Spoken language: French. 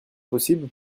possible